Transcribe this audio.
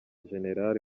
generari